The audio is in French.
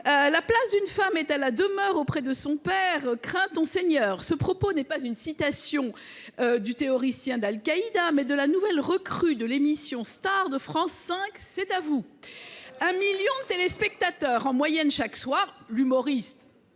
La place d’une femme est à la demeure auprès de son père. Crains ton Seigneur »: ce propos n’est pas une citation d’un théoricien d’Al Qaïda ; il émane de la nouvelle recrue de l’émission star de France 5,, qui réunit un million de téléspectateurs en moyenne chaque soir. Cet humoriste